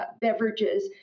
beverages